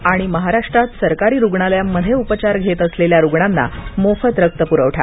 आणि महाराष्ट्रात सरकारी रुग्णालयांमध्ये उपचार घेत असलेल्या रुग्णांना मोफत रक्तपुरवठा